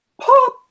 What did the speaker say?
pop